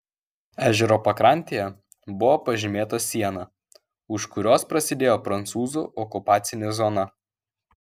ežero pakrantėje buvo pažymėta siena už kurios prasidėjo prancūzų okupacinė zona